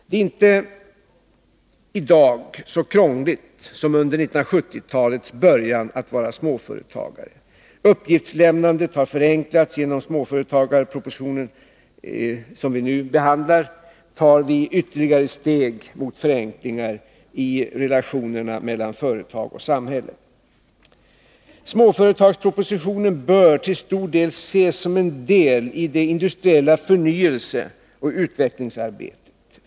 Det är i dag inte så krångligt att vara småföretagare som det var under 1970-talets början. Uppgiftslämnandet har förenklats. När det gäller den småföretagsproposition som vi nu behandlar tar vi ytterligare ett steg mot förenklingar i relationerna mellan företag och samhälle. Småföretagspropositionen bör till stor del ses som en del av det industriella förnyelseoch utvecklingsarbetet.